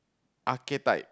archetype